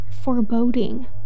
foreboding